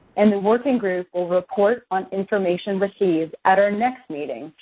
and the working group will report on information received at our next meeting,